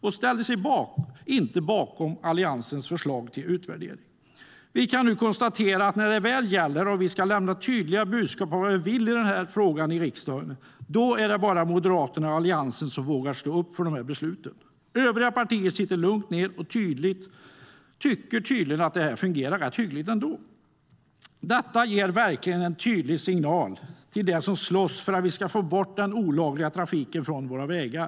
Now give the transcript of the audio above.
De ställde sig inte bakom Alliansens förslag till utvärdering. Vi kan nu konstatera att när det väl gäller - när vi ska lämna tydliga budskap om vad vi vill med den här frågan i riksdagen - är det bara Moderaterna och Alliansen som vågar stå upp för de här besluten. Övriga partier sitter lugnt ned och tycker tydligen att det här ändå fungerar rätt hyggligt. Det ger verkligen en tydlig signal till dem som slåss för att vi ska få bort den olagliga trafiken från våra vägar.